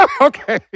Okay